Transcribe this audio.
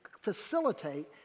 facilitate